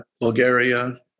Bulgaria